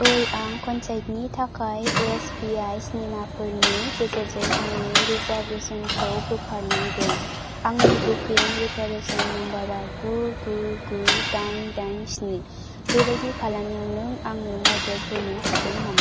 ओइ आं कनसार्ट नि थाखाय एसपिआइ सिनेमाफोरनि गेजेरजों आंनि रिजार्भेशन खौ बोखारनांगोन आंनि बुकिं रिफरेन्स नम्बर आ गु गु गु दाइन दाइन स्नि बेबादि खालामनायाव नों आंनो मदद होनो हागोन नामा